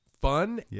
fun